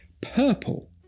purple